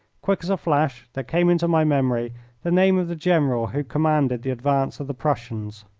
quick as a flash there came into my memory the name of the general who commanded the advance of the prussians.